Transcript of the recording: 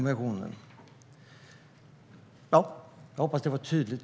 Jag hoppas att det var tydligt.